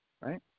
right